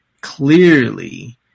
clearly